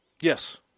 Yes